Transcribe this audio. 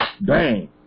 bang